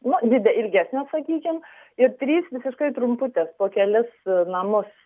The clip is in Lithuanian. nu di ilgensė sakykim ir trys visiškai trumputės po kelis namus